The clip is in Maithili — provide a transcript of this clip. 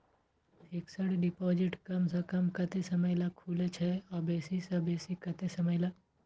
फिक्सड डिपॉजिट कम स कम कत्ते समय ल खुले छै आ बेसी स बेसी केत्ते समय ल?